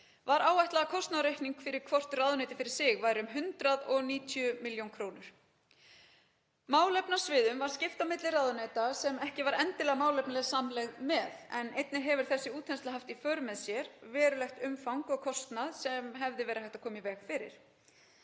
Var áætlað að kostnaðaraukning fyrir hvort ráðuneyti fyrir sig væri um 190 millj. kr. Málefnasviðum var skipt á milli ráðuneyta sem ekki var endilega málefnaleg samlegð með en einnig hefur þessi útþensla haft í för með sér verulegt umfang og kostnað sem hefði verið hægt að koma í veg fyrir.